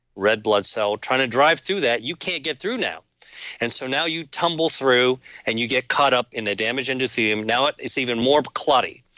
red blood cell trying to drive through that, you can't get through now and so now you tumble through and you get caught up in the ah damage endothelium, now it is even more clotty.